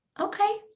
Okay